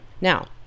Now